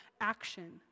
action